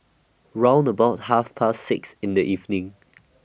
round about Half Past six in The evening